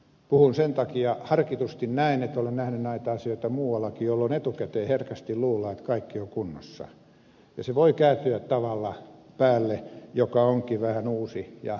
puhun sen takia harkitusti näin että olen nähnyt näitä tällaisia asioita muuallakin jolloin etukäteen herkästi luullaan että kaikki on kunnossa ja se voi kääntyä sellaisella tavalla päälle joka onkin vähän uusi ja outo